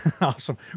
Awesome